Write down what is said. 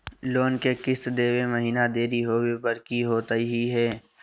Loan के किस्त देवे महिना देरी होवे पर की होतही हे?